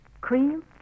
Cream